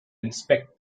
inspect